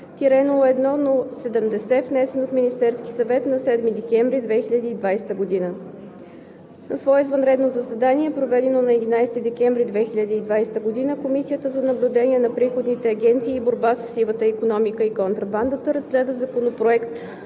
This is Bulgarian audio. № 002-01-70, внесен от Министерския съвет на 7 декември 2020 г. На свое извънредно заседание, проведено на 11 декември 2020 г., Комисията за наблюдение на приходните агенции и борба със сивата икономика и контрабандата, разгледа Законопроект